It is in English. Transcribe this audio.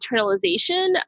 internalization